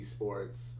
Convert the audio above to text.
esports